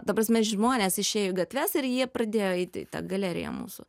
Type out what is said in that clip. ta prasme žmonės išėjo į gatves ir jie pradėjo eiti į tą galerija mūsų